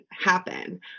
happen